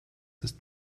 ist